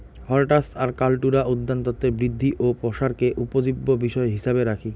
হরটাস আর কাল্টুরা উদ্যানতত্বের বৃদ্ধি ও প্রসারকে উপজীব্য বিষয় হিছাবে রাখি